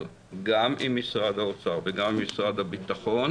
גם עם משרד האוצר וגם עם משרד הבטחון,